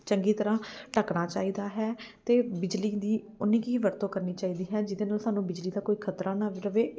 ਚੰਗੀ ਤਰ੍ਹਾਂ ਢੱਕਣਾ ਚਾਹੀਦਾ ਹੈ ਅਤੇ ਬਿਜਲੀ ਦੀ ਉੱਨੀ ਕੁ ਹੀ ਵਰਤੋਂ ਕਰਨੀ ਚਾਹੀਦੀ ਹੈ ਜਿਹਦੇ ਨਾਲ ਸਾਨੂੰ ਬਿਜਲੀ ਦਾ ਕੋਈ ਖ਼ਤਰਾ ਨਾ ਰਹੇ